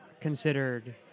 considered